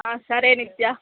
సరే నిత్యా